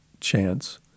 chance